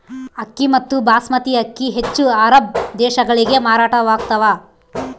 ಅಕ್ಕಿ ಮತ್ತು ಬಾಸ್ಮತಿ ಅಕ್ಕಿ ಹೆಚ್ಚು ಅರಬ್ ದೇಶಗಳಿಗೆ ಮಾರಾಟವಾಗ್ತಾವ